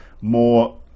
more